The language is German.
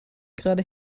gerade